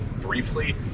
briefly